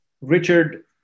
Richard